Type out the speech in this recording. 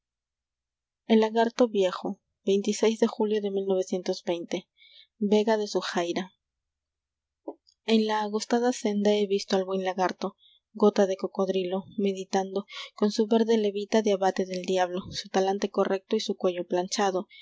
ujair a e n la agostada senda he visto al buen lagarto gota de cocodrilo meditando con su verde levita de abate del diablo su talante correcto y su cuello planchado